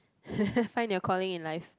find your calling in life